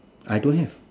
I don't have